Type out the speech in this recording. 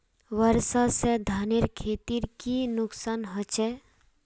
वर्षा से धानेर खेतीर की नुकसान होचे?